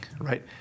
right